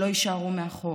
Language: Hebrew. שלא יישארו מאחור.